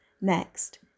Next